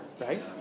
right